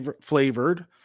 flavored